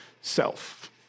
self